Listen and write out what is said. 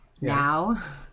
Now